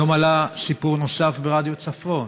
היום עלה סיפור נוסף ברדיו צפון,